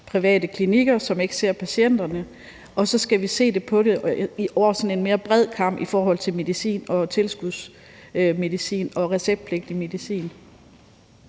private klinikker, som ikke ser patienterne, og så skal vi se på det over en mere bred kam i forhold til tilskudsmedicin og receptpligtig medicin.